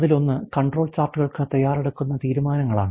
അതിലൊന്ന് കൺട്രോൾ ചാർട്ടുകൾക്ക് തയ്യാറെടുക്കുന്ന തീരുമാനങ്ങളാണ്